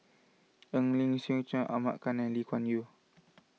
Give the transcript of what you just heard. Eng Lee Seok Chee Ahmad Khan and Lee Kuan Yew